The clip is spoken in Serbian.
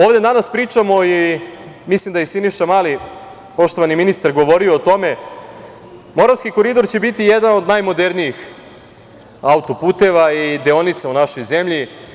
Ovde danas pričamo i mislim da je ministar Mali, poštovani ministar, govorio o tome, Moravski koridor će biti jedan od najmodernijih auto-puteva i deonica u našoj zemlji.